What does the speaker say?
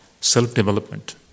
self-development